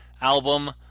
album